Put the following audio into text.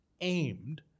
aimed